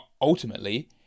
Ultimately